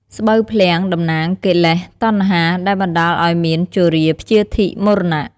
ស្បូវភ្លាំងតំណាងកិលេស តណ្ហា ដែលបណ្តាលឱ្យមានជរាព្យាធិមរណៈ។